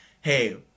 Hey